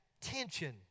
tension